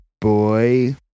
Boy